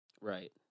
Right